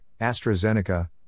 AstraZeneca